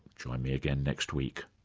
join me again next week